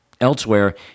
Elsewhere